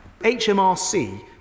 HMRC